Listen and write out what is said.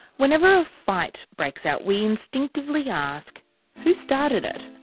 whenever a fight breaks out, we instinctively ask who started it?